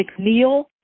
McNeil